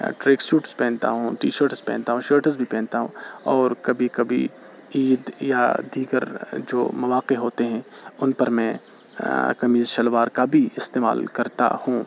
track suits پہنتا ہوں میں ٹی شرٹس پہنتا ہوں شرٹس بھی پہنتا ہوں اور کبھی کبھی عید یا دیگر جو مواقع ہوتے ہیں ان پر میں قمیص شلوار کا بھی استعمال کرتا ہوں